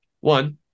one